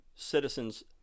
citizens